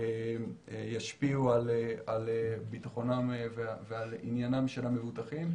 ישפיעו על ביטחונם ועל עניינם של המבוטחים,